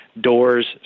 doors